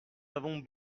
avons